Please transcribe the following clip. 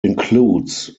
includes